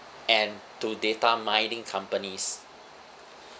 and to data mining companies